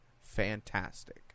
fantastic